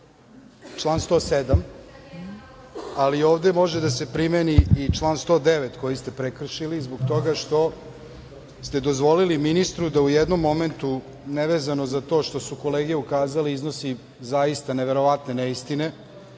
Član 107. ali ovde može da se primeni i član 109. koji ste prekršili, jer ste dozvolili ministru da u jednom momentu nevezano za to što su kolege ukazale, iznosi zaista neverovatne neistine